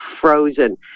frozen